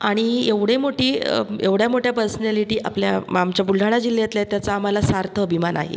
आणि एवढे मोठी एवढ्या मोठ्या पर्सनॅलिटी आपल्या मामच्या बुलढाणा जिल्ह्यातल्या आहेत त्याचा आम्हाला सार्थ अभिमान आहे